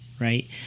right